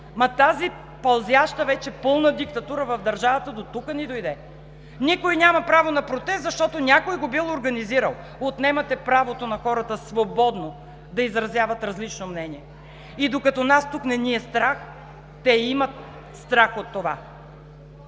тази пълзяща, вече пълна диктатура в държавата дотук ни дойде. Никой няма право на протест, защото някой го бил организирал. Отнемате правото на хората свободно да изразяват различно мнение. Докато нас тук не ни е страх, те имат страх от това!